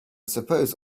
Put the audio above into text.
suppose